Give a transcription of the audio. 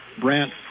Brant